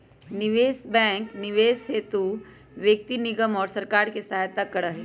निवेश बैंक निवेश हेतु व्यक्ति निगम और सरकार के सहायता करा हई